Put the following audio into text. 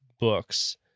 books